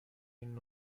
این